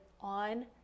on